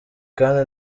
kandi